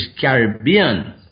caribbean